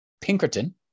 Pinkerton